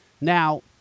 Now